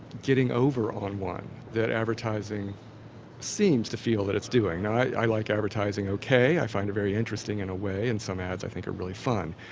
getting over on one that advertising seems to feel that its doing. now i like advertising okay, i find it very interesting in a way and some ads i think are really fun.